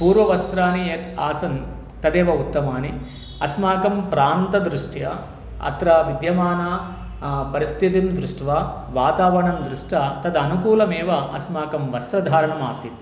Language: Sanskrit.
पूर्वं वस्त्राणि यद् आसन् तदेव उत्तमानि अस्माकं प्रान्तदृष्ट्या अत्र विद्यमानां परिस्थितिं दृष्ट्वा वातावरणं दृष्ट्वा तदनुकूलमेव अस्माकं वस्रधारणमासीत्